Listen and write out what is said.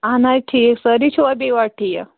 اہن حٲز ٹھیٖک سٲری چھِوا بیٚیہِ اتہِ ٹھیٖک